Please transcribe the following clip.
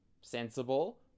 sensible